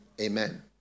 Amen